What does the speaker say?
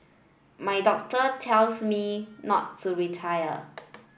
my doctor tells me not to retire